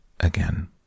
again